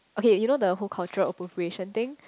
okay you know the whole cultural appropriation thing